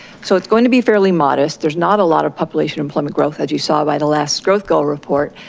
so it's going to be fairly modest. there's not a lot of population employment growth, as you saw by the last growth goal report.